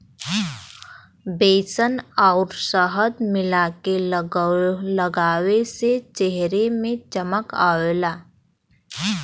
बेसन आउर शहद मिला के लगावे से चेहरा में चमक आवला